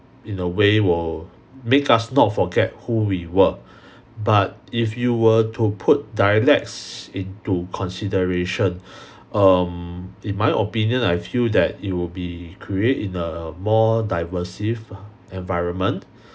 in a way will make us not forget who we were but if you were to put dialects into consideration um in my opinion I feel that it will be create in a more diversive environment